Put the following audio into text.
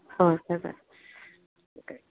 ꯑꯣ ꯍꯣꯏ ꯍꯣꯏ ꯍꯣꯏ